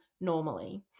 normally